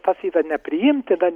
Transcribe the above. tas yra nepriimtina